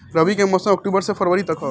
रबी के मौसम अक्टूबर से फ़रवरी तक ह